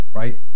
right